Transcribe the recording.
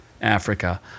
Africa